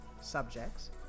subjects